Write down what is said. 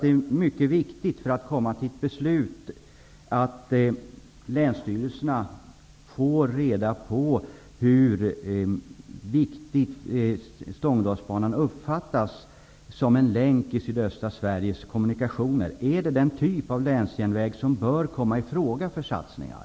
Det är mycket viktigt för att komma fram till ett beslut att länsstyrelserna får reda på hur angelägen Stångådalsbanan uppfattas som en länk i kommunikationerna i sydöstra Sverige. Är det den typen av länsjärnväg som bör komma i fråga för satsningar?